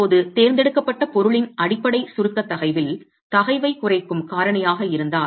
இப்போது தேர்ந்தெடுக்கப்பட்ட பொருளின் அடிப்படை சுருக்க தகைவில் தகைவைக் குறைக்கும் காரணியாக இருந்தால்